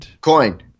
Coin